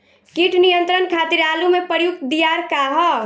कीट नियंत्रण खातिर आलू में प्रयुक्त दियार का ह?